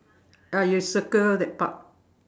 ah you circle that part